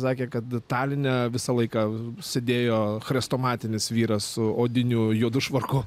sakė kad taline visą laiką sėdėjo chrestomatinis vyras su odiniu juodu švarku